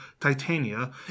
Titania